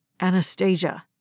Anastasia